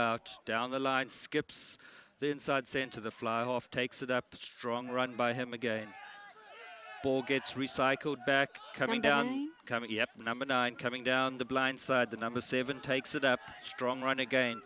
out down the line skips the inside st to the fly off takes it up the strong run by him again ball gets recycled back coming down the coming yep number nine coming down the blindside the number seven takes it up strong run aga